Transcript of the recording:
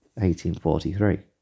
1843